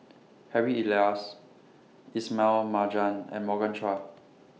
Harry Elias Ismail Marjan and Morgan Chua